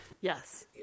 Yes